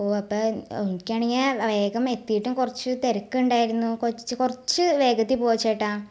ഓ അപ്പം എനിക്കാണെങ്കിൽ വേഗം എത്തിയിട്ടും കുറച്ച് തിരക്കുണ്ടായിരുന്നു കൊച്ച് കുറച്ച് വേഗത്തിൽ പോ ചേട്ടാ